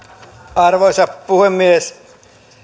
arvoisa puhemies